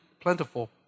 plentiful